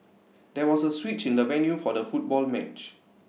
there was A switch in the venue for the football match